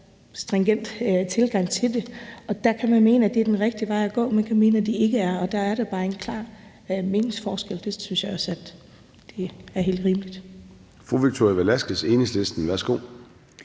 stringent tilgang til det. Der kan man mene, at det er den rigtige vej at gå, og man kan mene, at det ikke er. Der er der bare en klar meningsforskel, og det synes jeg også er helt rimeligt. Kl. 10:28 Formanden (Søren